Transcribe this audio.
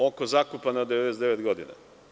Oko zakupa na 99 godina.